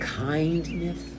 Kindness